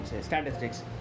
statistics